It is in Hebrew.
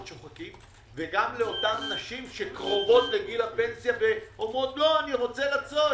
שוחקים וגם לנשים שקרובות לגיל הפנסיה ואומרות: אני רוצה לצאת.